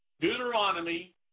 Deuteronomy